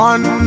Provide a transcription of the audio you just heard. One